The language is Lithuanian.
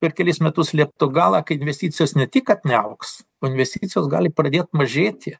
per kelis metus liepto galą kai investicijos ne tik kad neaugs investicijos gali pradėt mažėti